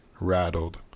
rattled